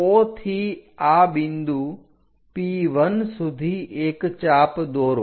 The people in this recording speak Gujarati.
O થી આ બિંદુ P1 સુધી એક ચાપ દોરો